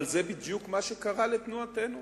אבל זה בדיוק מה שקרה לתנועתנו.